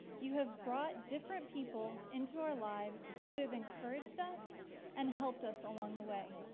you have brought different people into our lives who have encouraged us and helped us along the way.